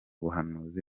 buhanzi